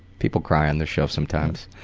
people cry on this show sometimes.